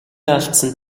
алдсан